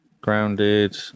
Grounded